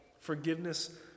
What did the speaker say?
Forgiveness